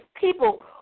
people